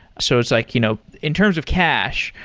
so it's like you know in terms of cash,